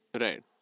Right